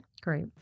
great